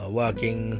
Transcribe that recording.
working